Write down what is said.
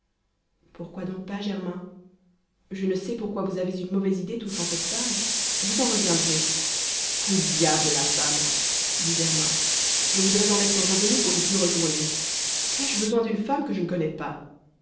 pourquoi donc pas germain je ne sais pourquoi vous avez une mauvaise idée touchant cette femme vous en reviendrez au diable la femme dit germain je voudrais en être revenu pour n'y plus retourner qu'ai-je besoin d'une femme que je ne connais pas